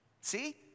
See